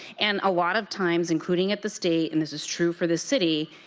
and a lot of times, including at the state, and this is true for the city,